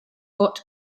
watt